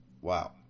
Wow